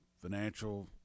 financial